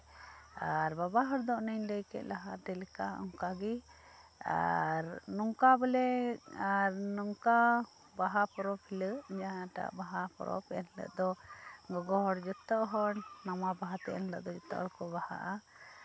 ᱟᱨ ᱵᱟᱵᱟ ᱦᱚᱲ ᱫᱚ ᱚᱱᱮᱧ ᱞᱟᱹᱭ ᱠᱮᱫ ᱞᱟᱦᱟᱛᱮ ᱞᱮᱠᱟ ᱚᱱᱠᱟ ᱜᱮ ᱟᱨ ᱱᱚᱝᱠᱟ ᱵᱚᱞᱮ ᱟᱨ ᱱᱚᱝᱠᱟ ᱵᱟᱦᱟ ᱯᱚᱨᱚᱵᱽ ᱦᱤᱞᱳᱜ ᱡᱟᱦᱟᱸᱴᱟᱜ ᱵᱟᱦᱟ ᱯᱚᱨᱚᱵᱽ ᱮᱱ ᱦᱤᱞᱳᱜ ᱫᱚ ᱜᱚᱜᱚ ᱦᱚᱲ ᱡᱷᱚᱛᱚ ᱦᱚᱲ ᱱᱟᱶᱟ ᱵᱟᱦᱟ ᱛᱮ ᱮᱱ ᱦᱤᱞᱳᱜ ᱫᱚᱠᱚ ᱵᱟᱦᱟᱜᱼᱟ